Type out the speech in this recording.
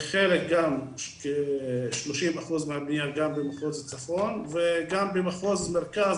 חלק גם כ- 30% מהבנייה גם במחוז צפון וגם במחוז מרכז,